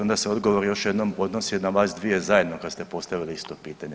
Onda se odgovor još jednom odnosi na vas dvije zajedno kad ste postavile isto pitanje.